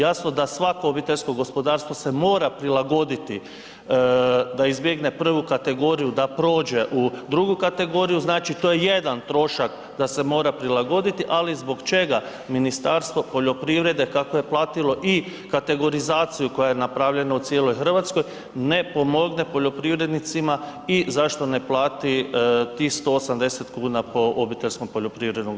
Jasno da svako obiteljsko gospodarstvo se mora prilagoditi da izbjegne prvu kategoriju, da prođe u drugu kategoriju, znači to je jedan trošak da se mora prilagoditi, ali zbog čega Ministarstvo poljoprivrede, kako je platilo i kategorizaciju koja je napravljena u cijeloj Hrvatskoj ne pomogne poljoprivrednicima i zašto ne plati tih 180 kuna po OPG-u?